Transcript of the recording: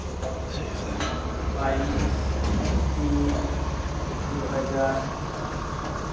ᱵᱟᱭᱤᱥ ᱛᱤᱱ ᱫᱩ ᱦᱟᱡᱟᱨ